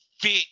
fit